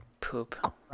poop